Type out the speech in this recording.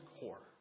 core